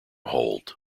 hold